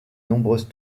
nombreuses